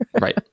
right